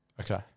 Okay